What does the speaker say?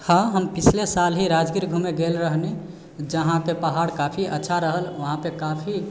हँ हम पिछले साल ही राजगीर घूमे गेल रहनी जहाँके पहाड़ काफी अच्छा रहल वहाँपे काफी